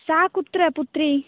सा कुत्र पुत्री